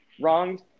wronged